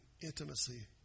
intimacy